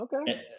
okay